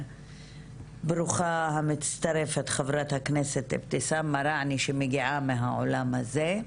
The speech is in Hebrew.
וברוכה המצטרפת חברת הכנסת אבתיסאם מראענה שמגיעה מהעולם הזה.